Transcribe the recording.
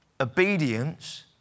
obedience